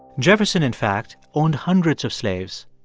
jefferson, in fact, owned hundreds of slaves.